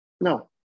No